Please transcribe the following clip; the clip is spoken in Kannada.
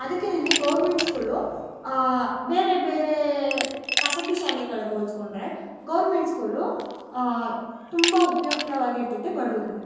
ಅದಕ್ಕೆನೆ ಗೌರ್ಮೆಂಟ್ ಸ್ಕೂಲು ಬೇರೆ ಬೇರೆ ಖಾಸಗಿ ಶಾಲೆಗಳಿಗ್ ಹೋಲ್ಸ್ಕೊಂಡ್ರೆ ಗೌರ್ಮೆಂಟ್ ಸ್ಕೂಲು ತುಂಬ ಉಪಯುಕ್ತವಾಗಿರ್ತೈತೆ ಬಡವ್ರ್ಗೆ